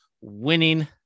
winning